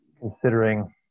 considering